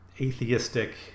atheistic